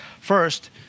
First